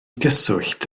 gyswllt